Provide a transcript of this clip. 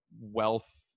wealth